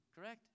correct